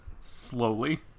slowly